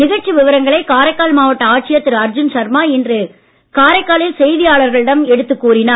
நிகழ்ச்சி விவரங்களை காரைக்கால் மாவட்ட ஆட்சியர் திரு அர்ஜுன் சர்மா இன்று காரைக்காலில் செய்தியாளர்களிடம் எடுத்துக் கூறினார்